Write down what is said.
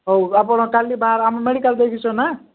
ହଉ ଆପଣ କାଲି ବା ଆମ ମେଡ଼ିକାଲ୍ ଦେଖିଛ ନା